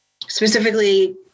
specifically